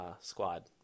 Squad